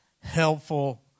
helpful